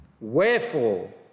Wherefore